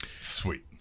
Sweet